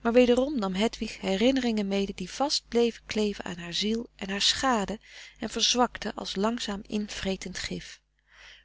maar wederom nam hedwig herinneringen mede die vast bleven kleven aan haar ziel en haar schaadden en frederik van eeden van de koele meren des doods verzwakten als langzaam invretend gif